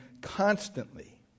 constantly